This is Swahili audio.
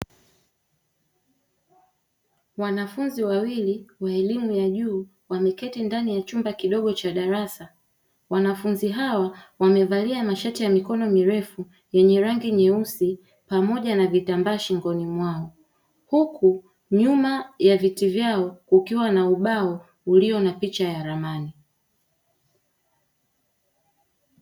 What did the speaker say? Wanafunzi wawili wa elimu ya juu wameketi ndani ya chumba kidogo cha darasa, wanafunzi hawa wamevalia mashati ya mikono mirefu yenye rangi nyeusi pamoja na vitambaa shingoni mwao; huku nyuma ya viti vyao kukiwa na ubao ukiwa na picha ya ramani.